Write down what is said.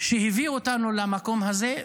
שהביאו אותנו למקום הזה,